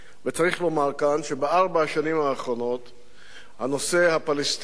וצריך לומר כאן שבארבע השנים האחרונות הנושא הפלסטיני,